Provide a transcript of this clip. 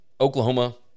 Oklahoma